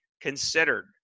considered